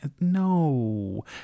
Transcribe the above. No